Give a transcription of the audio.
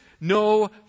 no